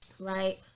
right